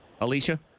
Alicia